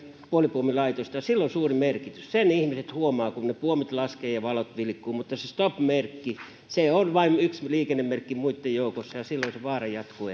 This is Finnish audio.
puolipuomilaitosta ja sillä on suuri merkitys sen ihmiset huomaavat kun ne puomit laskevat ja valot vilkkuvat mutta se stop merkki on vain yksi liikennemerkki muitten joukossa ja silloin se vaara jatkuu